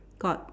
got